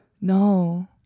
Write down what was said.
No